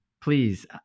please